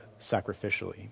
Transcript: sacrificially